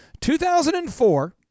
2004